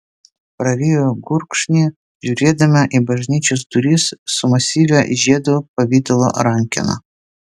prarijo gurkšnį žiūrėdama į bažnyčios duris su masyvia žiedo pavidalo rankena